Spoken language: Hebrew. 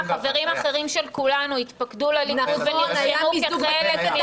ועובדה שחברים אחרים של כולנו התפקדו לליכוד ונרשמו כחלק --- נכון,